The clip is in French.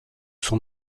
son